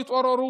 תתעוררו.